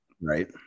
Right